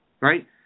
right